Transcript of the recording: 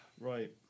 Right